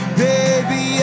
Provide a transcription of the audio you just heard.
baby